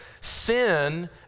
Sin